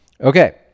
okay